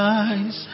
eyes